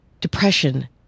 depression